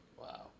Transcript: Wow